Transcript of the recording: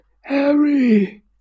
harry